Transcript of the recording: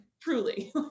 truly